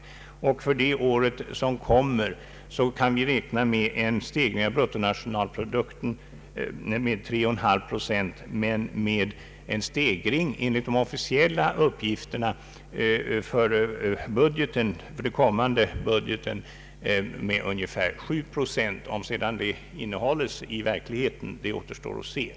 För det kommande året kan vi räkna med en stegring av bruttonationalprodukten på 3,5 procent och en stegring för den kommande budgeten, enligt de officiella uppgifterna, på ungefär 7 procent. Om det sedan verkligen blir så återstår att se.